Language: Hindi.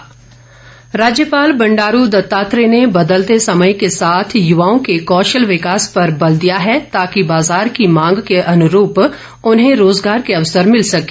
राज्यपाल राज्यपाल बंडारू दत्तात्रेय ने बदलते समय के साथ युवाओं के कौशल विकास पर बल दिया है ताकि बाजार की मांग के अनुरूप उन्हें रोजगार के अवसर मिल सकें